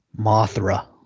Mothra